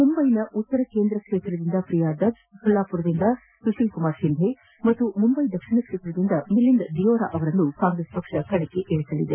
ಮುಂಬೈನ ಉತ್ತರ ಕೇಂದ್ರ ಕ್ಷೇತ್ರದಿಂದ ಪ್ರಿಯಾ ದತ್ ಸೋಲಾಪುರ್ದಿಂದ ಸುಶೀಲ್ ಕುಮಾರ್ ಶಿಂಧೆ ಮತ್ತು ಮುಂಬೈ ದಕ್ಷಿಣ ಕ್ಷೇತ್ರದಿಂದ ಮಿಲಿಂದ್ ದಿಯೋರಾ ಅವರನ್ನು ಕಾಂಗೈಸ್ ಕಣಕ್ಷಿಳಿಸಲಿದೆ